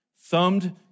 thumbed